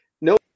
no